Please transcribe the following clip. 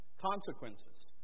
consequences